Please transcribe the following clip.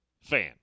fan